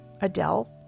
Adele